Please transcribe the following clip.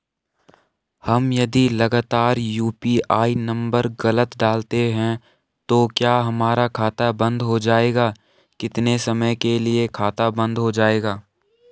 हम यदि लगातार यु.पी.आई नम्बर गलत डालते हैं तो क्या हमारा खाता बन्द हो जाएगा कितने समय के लिए खाता बन्द हो जाएगा?